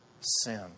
sin